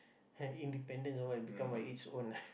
independence or what and become by it's own